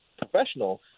professional